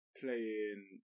playing